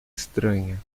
estranha